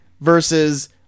versus